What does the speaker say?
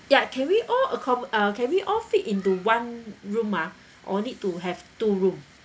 ya can we all accomm~ uh can we all fit into one room ah or need to have two room